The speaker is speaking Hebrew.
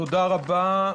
תודה רבה.